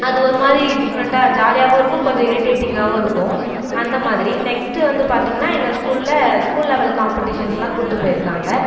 அது ஒரு மாதிரி டிஃப்ரண்ட்டாக ஜாலியாகவும் இருக்கும் கொஞ்சம் இரிட்டேடிங்காவும் இருக்கும் அந்த மாதிரி நெக்ஸ்ட்டு வந்து பார்த்தீங்கன்னா எங்கள் ஸ்கூலில் ஸ்கூல் லெவல் காம்பட்டீஷனுக்குலாம் கூட்டுப் போயிருக்காங்க